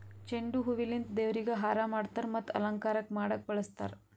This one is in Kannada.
ಚೆಂಡು ಹೂವಿಲಿಂತ್ ದೇವ್ರಿಗ್ ಹಾರಾ ಮಾಡ್ತರ್ ಮತ್ತ್ ಅಲಂಕಾರಕ್ಕ್ ಮಾಡಕ್ಕ್ ಬಳಸ್ತಾರ್